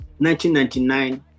1999